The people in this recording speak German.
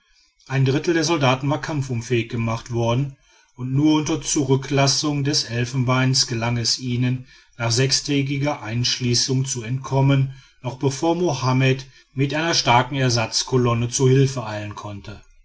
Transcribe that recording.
ein drittel der soldaten war kampfunfähig gemacht worden und nur unter zurücklassung des elfenbeins gelang es ihnen nach sechstägiger einschließung zu entkommen noch bevor mohammed mit einer starken entsatzkolonne zu hilfe eilen konnte